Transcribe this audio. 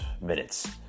minutes